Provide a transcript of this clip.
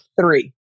three